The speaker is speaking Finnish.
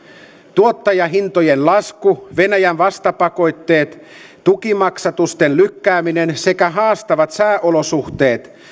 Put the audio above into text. tuottajahintojen lasku venäjän vastapakotteet tukimaksatusten lykkääminen sekä haastavat sääolosuhteet